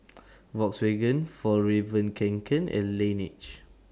Volkswagen Fjallraven Kanken and Laneige